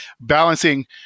balancing